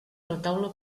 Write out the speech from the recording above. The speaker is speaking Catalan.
retaule